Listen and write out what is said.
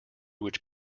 which